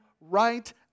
right